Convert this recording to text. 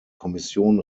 kommission